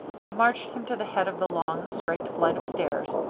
he marched him to the head of the long, straight flight of stairs.